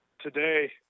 today